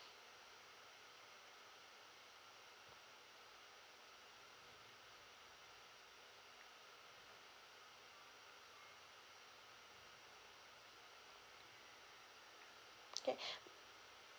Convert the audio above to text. okay